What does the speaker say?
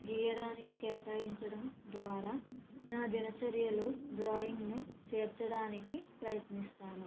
గీయడానికి కేటాయించడం ద్వారా నా దినచర్యలో డ్రాయింగును చేర్చడానికి ప్రయత్నిస్తాను